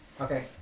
Okay